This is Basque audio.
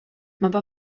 mapa